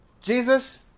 Jesus